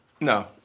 no